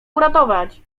uratować